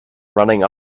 running